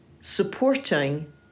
supporting